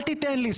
אל תיתן לי,